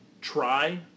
try